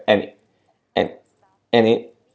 and and and it